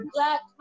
Black